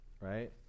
Right